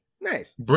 Nice